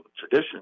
tradition